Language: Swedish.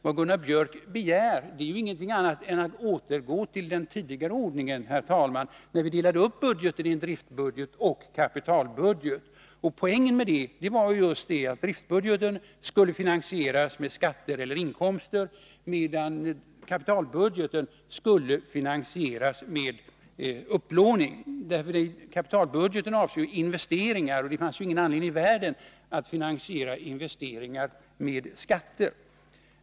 Vad Gunnar Biörck begär är ingenting annat än att vi skall återgå till den tidigare ordningen när vi delade upp budgeten i en driftbudget och en kapitalbudget. Poängen med det var just att driftbudgeten skulle finansieras med skatter eller inkomster, medan kapitalbudgeten skulle finansieras genom upplåning. Kapitalbudgeten avser ju investeringar, och det finns ingen anledning i världen att finansiera investeringar med skatter.